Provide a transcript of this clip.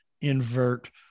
invert